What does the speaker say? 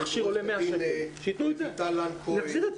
עורכת הדין רויטל לן כהן.